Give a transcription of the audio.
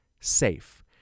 SAFE